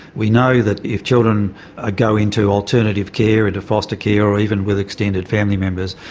we know that if children ah go into alternative care, into foster care, or even with extended family members,